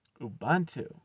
Ubuntu